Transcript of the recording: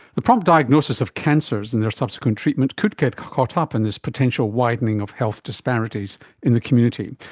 the prompt diagnosis of cancers and their subsequent treatment could get caught up in this potential widening of health disparities in the community.